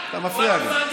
אתה הוצאת